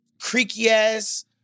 creaky-ass